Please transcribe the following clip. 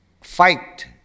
fight